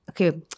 okay